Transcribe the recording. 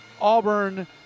Auburn